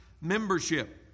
membership